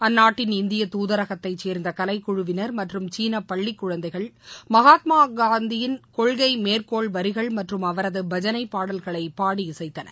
அந்நாட்டின் இந்திய தூதரகத்தைச் சேர்ந்த கலைக்குழுவினர் மற்றும் சீன பள்ளிக்குழந்தைகள் மகாத்மாவின் கொள்கை மேற்கோள் வரிகள் மற்றும் அவரது பஜனை பாடல்களை பாடி இசைத்தனர்